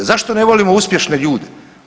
Zašto ne volimo uspješne ljude?